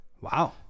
wow